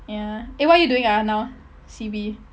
ya eh what you doing ah now C_B